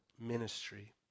ministry